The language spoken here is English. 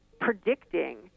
predicting